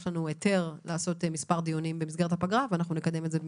יש לנו היתר לעשות כמה דיונים במסגרת הפגרה ואנחנו נקדם את זה.